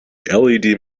led